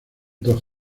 dos